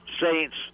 Saints